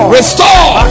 Restore